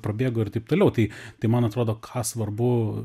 prabėgo ir taip toliau tai tai man atrodo ką svarbu